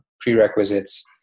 prerequisites